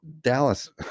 dallas